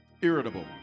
irritable